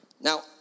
Now